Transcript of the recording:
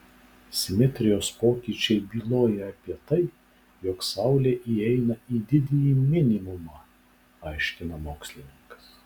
simetrijos pokyčiai byloja apie tai jog saulė įeina į didįjį minimumą aiškina mokslininkas